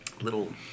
little